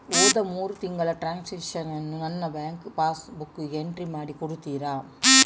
ಹೋದ ಮೂರು ತಿಂಗಳ ಟ್ರಾನ್ಸಾಕ್ಷನನ್ನು ನನ್ನ ಬ್ಯಾಂಕ್ ಪಾಸ್ ಬುಕ್ಕಿಗೆ ಎಂಟ್ರಿ ಮಾಡಿ ಕೊಡುತ್ತೀರಾ?